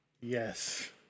yes